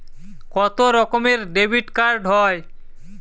কত রকমের ডেবিটকার্ড হয়?